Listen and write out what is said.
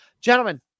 gentlemen